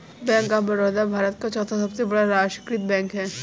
bank of Baroda भारत का चौथा सबसे बड़ा राष्ट्रीयकृत बैंक है